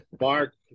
mark